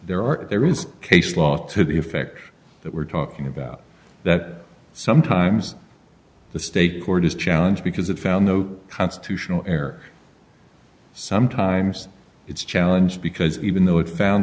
there are there is case law to the effect that we're talking about that sometimes the state court is challenge because it found no constitutional heir sometimes it's challenge because even though it found